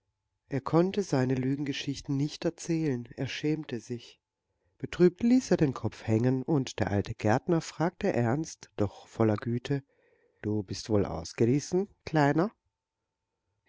er konnte seine lügengeschichten nicht erzählen er schämte sich betrübt ließ er den kopf hängen und der alte gärtner fragte ernst doch voll güte du bist wohl ausgerissen kleiner